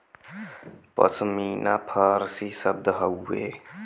पश्मीना फारसी शब्द हउवे